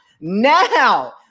now